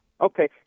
Okay